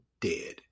dead